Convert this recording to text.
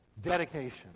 Dedication